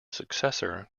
successor